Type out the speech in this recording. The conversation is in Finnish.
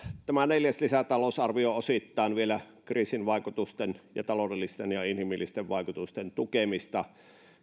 tämä neljäs lisätalousarvio on osittain vielä kriisin vaikutusten ja taloudellisten ja inhimillisten vaikutusten tukemista